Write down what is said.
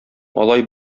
алай